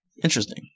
Interesting